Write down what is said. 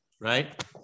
right